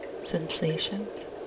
sensations